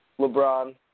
LeBron